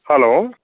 hello